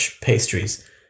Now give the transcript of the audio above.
pastries